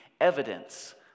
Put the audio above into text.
evidence